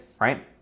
right